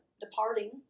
departing